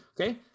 Okay